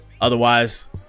Otherwise